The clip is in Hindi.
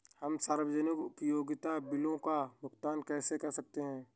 हम सार्वजनिक उपयोगिता बिलों का भुगतान कैसे कर सकते हैं?